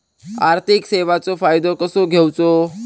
आर्थिक सेवाचो फायदो कसो घेवचो?